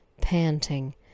panting